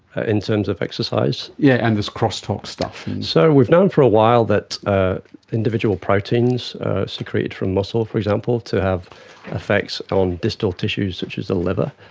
ah in terms of exercise? yes, yeah and this cross talk stuff? so we've known for a while that ah individual proteins secreted from muscle, for example, to have effects on distal tissues, such as the liver.